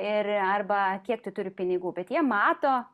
ir arba kiek tu turi pinigų bet jie mato